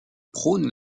prône